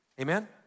Amen